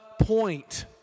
point